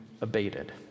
abated